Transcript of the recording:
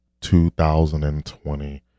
2020